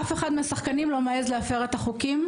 אף אחד מהשחקנים לא מעז להפר את החוקים,